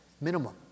minimum